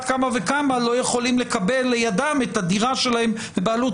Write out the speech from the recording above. כמה וכמה לא יכולים לקבל לידם את הדירה שלהם לבעלות.